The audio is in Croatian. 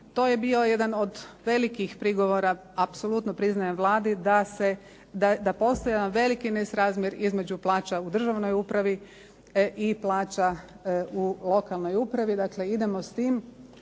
To je bio jedan od velikih prigovora, apsolutno priznajem Vladi da postaje jedan veliki nesrazmjer između plaća u državnoj upravi i plaća u lokalnoj upravi. Dakle idemo s tim.